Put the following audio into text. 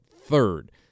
third